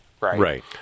right